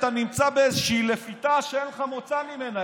אתה נמצא באיזושהי לפיתה שאין לך מוצא ממנה.